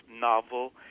novel